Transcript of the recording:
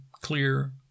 clear